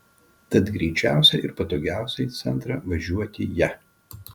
tad greičiausia ir patogiausia į centrą važiuoti ja